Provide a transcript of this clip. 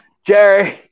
Jerry